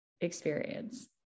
experience